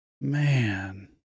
Man